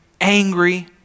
Angry